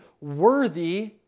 worthy